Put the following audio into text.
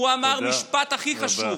את המשפט הכי חשוב,